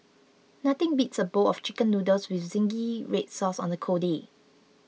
nothing beats a bowl of Chicken Noodles with Zingy Red Sauce on a cold day